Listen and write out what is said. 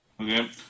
Okay